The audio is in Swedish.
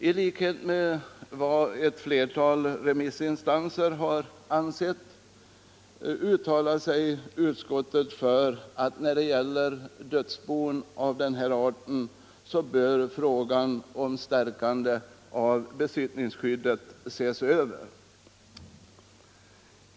I likhet med vad ett flertal remissinstanser har ansett uttalar sig utskottet för att när det gäller dödsbon av denna art bör frågan om stärkande av besittningsskyddet ses över.